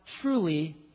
truly